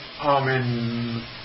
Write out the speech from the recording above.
amen